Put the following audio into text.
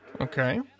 Okay